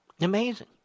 Amazing